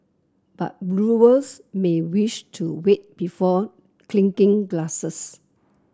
but brewers may wish to wait before clinking glasses